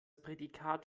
prädikat